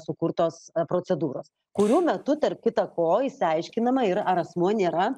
sukurtos procedūros kurių metu tarp kita ko išsiaiškinama ir ar asmuo nėra